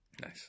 Nice